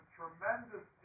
tremendous